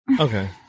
Okay